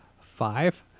Five